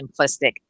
simplistic